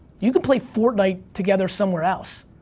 you can play fortnite together somewhere else.